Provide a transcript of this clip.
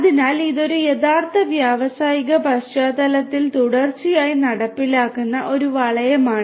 അതിനാൽ ഇത് ഒരു യഥാർത്ഥ വ്യാവസായിക പശ്ചാത്തലത്തിൽ തുടർച്ചയായി നടപ്പിലാക്കുന്ന ഒരു വളയമാണ്